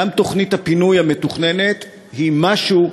גם תוכנית הפינוי המתוכננת היא משהו,